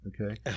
Okay